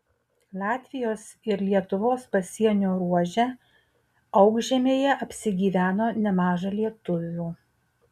latvijos ir lietuvos pasienio ruože aukšžemėje apsigyveno nemaža lietuvių